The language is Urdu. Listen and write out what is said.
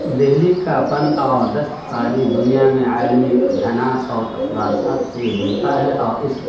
دہلی کا فن اور دستکاری دنیا میں عالمی ذہانات اور اثرات سے جڑتا ہے اور اس